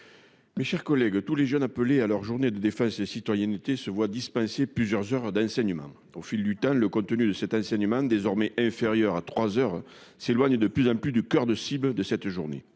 Mes chers collègues. Tous les jeunes appelés à leur journée de défense et citoyenneté se voit dispensé plusieurs heures d'enseignement au fil du temps le contenu de cet enseignement désormais inférieur à 3h s'éloigne de plus en plus du coeur de cible de cette journée.